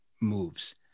moves